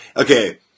okay